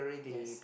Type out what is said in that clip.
yes